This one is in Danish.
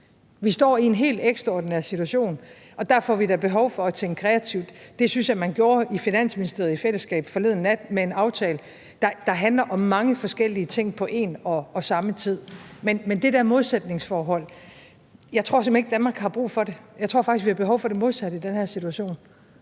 Vi står i en helt ekstraordinær situation, og der får vi da behov for at tænke kreativt. Det synes jeg man gjorde i Finansministeriet i fællesskab forleden nat med en aftale, der handler om mange forskellige ting på en og samme tid. Men det der modsætningsforhold tror jeg simpelt hen ikke Danmark har brug for; jeg tror faktisk, vi har behov for det modsatte i den her situation.